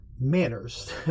manners